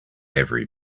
every